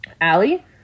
Allie